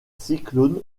cyclone